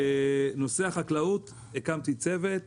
בנושא החקלאות הקמתי צוות,